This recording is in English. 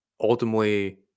Ultimately